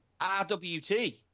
RWT